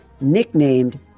nicknamed